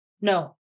No